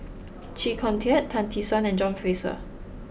Chee Kong Tet Tan Tee Suan and John Fraser